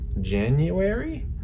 January